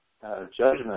judgment